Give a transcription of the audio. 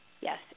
Yes